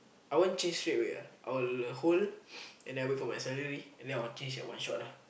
I won't change straight away ah I will hold and then I'll wait for my salary and then I will change at one shot lah